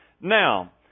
Now